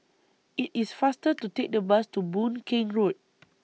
IT IS faster to Take The Bus to Boon Keng Road